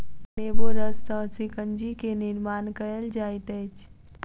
नेबो रस सॅ शिकंजी के निर्माण कयल जाइत अछि